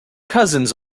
cousins